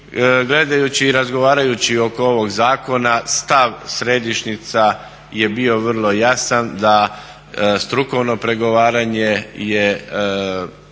gledajući i razgovarajući oko ovog zakona stav središnjica je bio vrlo jasan, da strukovno pregovaranje je